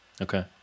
okay